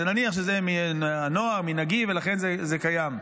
נניח שאלה מנהגים, ולכן זה קיים.